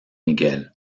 miguel